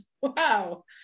wow